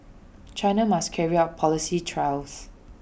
China must carry out policy trials